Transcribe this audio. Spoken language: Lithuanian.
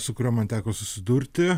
su kuriom man teko susidurti